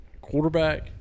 Quarterback